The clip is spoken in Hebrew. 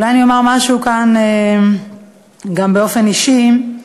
אולי אני אומר כאן משהו גם באופן אישי: